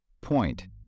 Point